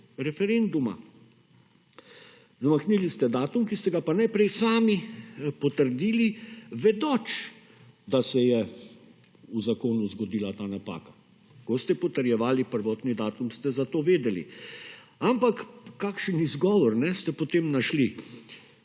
referenduma. Zamaknili ste datum, ki ste ga pa najprej sami potrdili, vedoč, da se je v zakonu zgodila ta napaka. Ko ste potrjevali prvotni datum, ste za to vedeli, ampak, kakšen izgovor, kajne, ste potem našli,